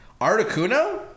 Articuno